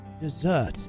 dessert